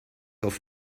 auf